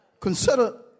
Consider